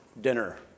dinner